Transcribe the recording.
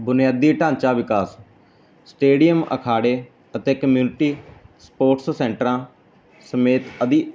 ਬੁਨਿਆਦੀ ਢਾਂਚਾ ਵਿਕਾਸ ਸਟੇਡੀਅਮ ਅਖਾੜੇ ਅਤੇ ਕਮਿਊਨਿਟੀ ਸਪੋਰਟਸ ਸੈਂਟਰਾਂ ਸਮੇਤ ਆਦੀ